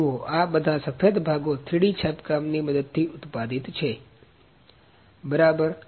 જુઓ આ બધા સફેદ ભાગો 3D છાપકામ ની મદદથી ઉત્પાદિત છે બરાબર